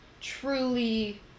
truly